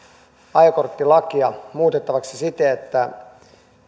ajokorttilakia muutettavaksi siten että